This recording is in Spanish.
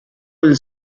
del